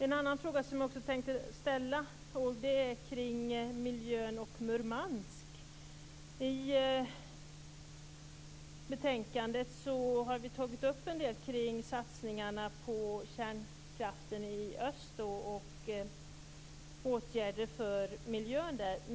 En annan fråga som jag också tänkte ta upp handlar om miljön och Murmansk. I betänkandet har vi tagit upp en del kring satsningarna på kärnkraften i öst och åtgärder för miljön där.